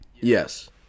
Yes